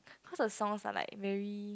cause the songs are like very